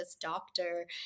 doctor